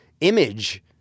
image